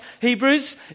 Hebrews